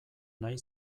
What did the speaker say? nahi